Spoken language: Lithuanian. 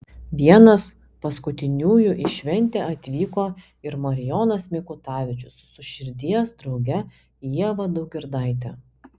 vienas paskutiniųjų į šventę atvyko ir marijonas mikutavičius su širdies drauge ieva daugirdaite